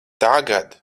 tagad